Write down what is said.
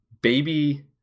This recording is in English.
baby